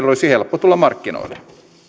olisi helppo tulla markkinoille